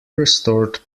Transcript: restored